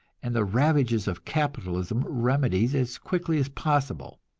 and the ravages of capitalism remedied as quickly as possible.